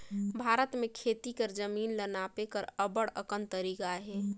भारत में खेती कर जमीन ल नापे कर अब्बड़ अकन तरीका अहे